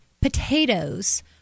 potatoes